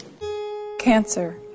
Cancer